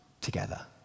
together